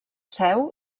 seu